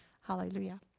Hallelujah